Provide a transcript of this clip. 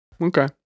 Okay